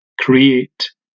create